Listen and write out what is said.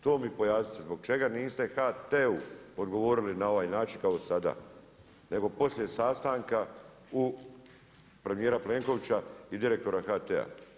To mi pojasnite zbog čega niste HT-u odgovorili na ovaj način kao sada nego poslije sastanka premijera Plenkovića i direktora HT-a.